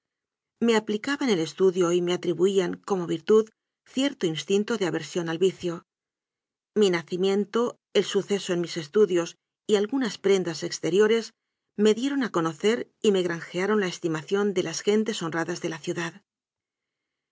me aplicaba en el estudio y me atribuían como virtud cierto instinto de aver sión al vicio mi nacimiento el suceso en mis estudios y algunas prendas exteriores me die ron a conocer y me granjearon la estimación de las gentes honradas de la ciudad